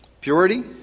Purity